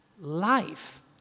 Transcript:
life